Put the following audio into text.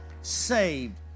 saved